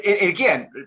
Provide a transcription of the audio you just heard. again